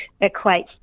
equate